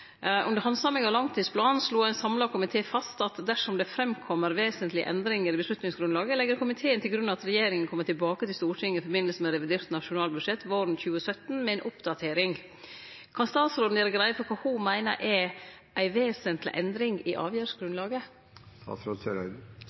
Under handsaminga av langtidsplanen slo ein samla komité fast: «Dersom det fremkommer vesentlige endringer i beslutningsgrunnlaget, legger komiteen til grunn at regjeringen kommer tilbake til Stortinget i forbindelse med revidert nasjonalbudsjett våren 2017 med en oppdatering.» Kan statsråden gjere greie for kva ho meiner er ei vesentleg endring i avgjerdsgrunnlaget?